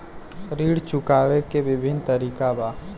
ऋण चुकावे के विभिन्न तरीका का बा?